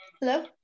Hello